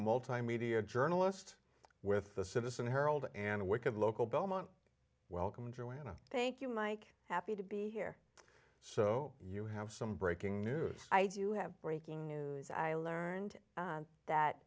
multimedia journalist with the citizen her old and wicked local belmont welcome joanna thank you mike happy to be here so you have some breaking news i do have breaking news i learned that